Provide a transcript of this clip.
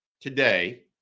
today